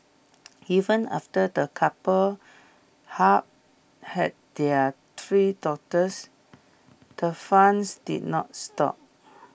even after the couple had their three daughters the fun did not stop